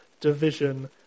division